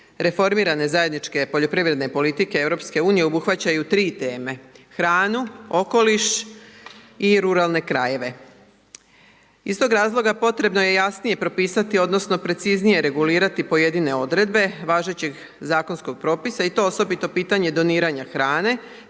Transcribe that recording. reformirane zajedničke poljoprivredne politike EU-a obuhvaćaju 3 teme, hranu, okoliš i ruralne krajeve. Iz tog razloga potrebno je jasnije propisati odnosno preciznije regulirati pojedine odredbe važećeg zakonskog propisa i to osobito pitanje doniranja hrane,